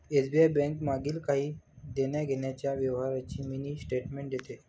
SBI bank मागील काही देण्याघेण्याच्या व्यवहारांची मिनी स्टेटमेंट देते